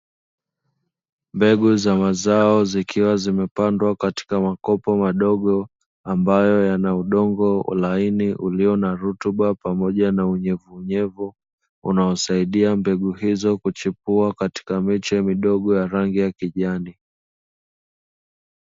Mbegu za mazao, zikiwa zimepandwa katika makopo madogo ambayo yana udongo laini ulio na rutuba pamoja na unyevuunyevu ,unaosaidia mbegu hizo kuchipua katika miche midogo ya rangi ya kijani.